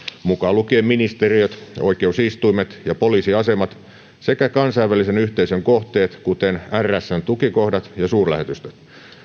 mukaan lukien ministeriöt oikeusistuimet ja poliisiasemat sekä kansainvälisen yhteisön kohteet kuten rsn tukikohdat ja suurlähetystöt